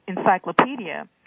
encyclopedia